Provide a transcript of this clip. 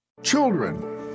Children